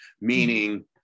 meaning